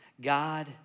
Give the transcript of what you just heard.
God